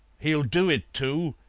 he'll do it, too,